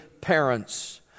parents